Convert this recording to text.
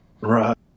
Right